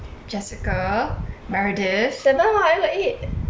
jessica meredith